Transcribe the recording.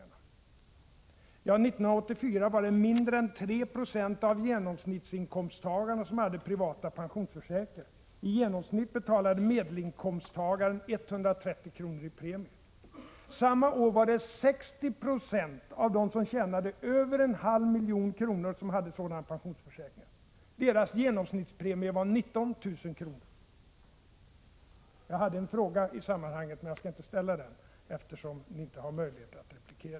År 1984 var det mindre än 3 96 av genomsnittsinkomsttagarna som hade privata pensionsförsäkringar. I genomsnitt betalade medelinkomsttagaren 130 kr. i premie. Samma år var det 60 96 av dem som tjänade över en halv miljon kronor som hade sådana pensionsförsäkringar. Deras genomsnittspremie var 19 000 kr. Jag hade en fråga i sammanhanget, men jag skall inte ställa den, eftersom det inte finns möjlighet att replikera.